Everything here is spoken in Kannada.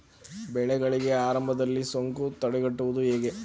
ಬೆಳೆಗಳಿಗೆ ಆರಂಭದಲ್ಲಿ ಸೋಂಕು ತಡೆಗಟ್ಟುವುದು ಹೇಗೆ?